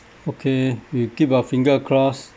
okay we keep our finger crossed